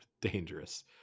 dangerous